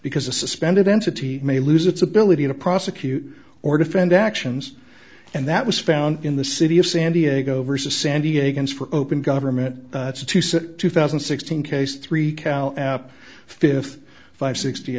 because a suspended entity may lose its ability to prosecute or defend actions and that was found in the city of san diego versus san diego's for open government two thousand and sixteen case three up fifty five sixty